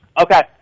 Okay